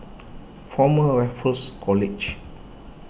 Former Raffles College